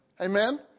Amen